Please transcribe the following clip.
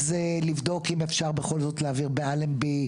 צריך לבדוק אם אפשר בכול זאת להעביר באלנבי.